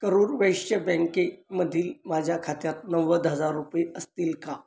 करूर वैश्य बँकेमधील माझ्या खात्यात नव्वद हजार रुपये असतील का